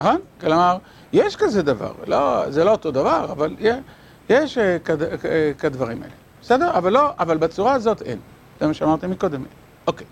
אה? כלומר, יש כזה דבר, זה לא אותו דבר, אבל יש כדברים האלה. בסדר? אבל לא, אבל בצורה הזאת אין. זה מה שאמרתי מקודם. אוקיי.